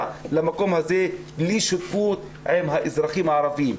למקום הזה בלי שותפות עם האזרחים הערבים,